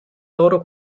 loro